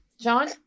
John